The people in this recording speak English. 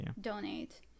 donate